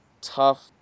tough